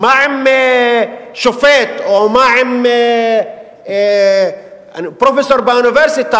מה עם שופט או מה עם פרופסור באוניברסיטה,